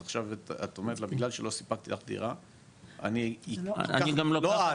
אז עכשיו את אומרת לה בגלל שלא סיפקתי לך דירה - לא את,